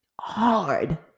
hard